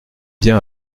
bien